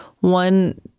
one